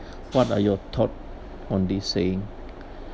what are your thought on this saying